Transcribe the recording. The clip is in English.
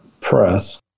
press